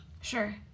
Sure